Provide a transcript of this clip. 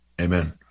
amen